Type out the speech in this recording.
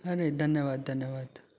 अरे धन्यवाद धन्यवाद